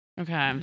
Okay